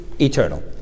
eternal